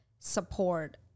support